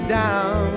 down